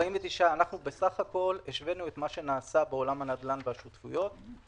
סך הכל השווינו למה שנעשה בעולם הנדל"ן והשותפויות.